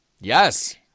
Yes